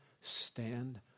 stand